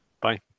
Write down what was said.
bye